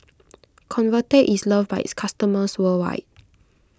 Convatec is loved by its customers worldwide